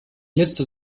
letzter